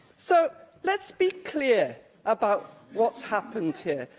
so, let's be clear about what's happened here.